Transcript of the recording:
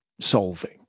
solving